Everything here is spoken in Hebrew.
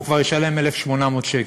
הוא כבר ישלם 1,800 שקלים.